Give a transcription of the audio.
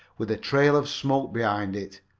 with a trail of smoke behind it.